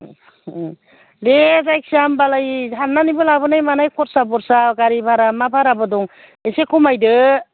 दे जायखिजाया होनबालाय हाननानैबो लाबोनाय मानाय खरसा बरसा गारि भारा मा भाराबो दं एसे खमायदो